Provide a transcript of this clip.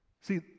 See